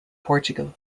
portugal